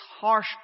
harsh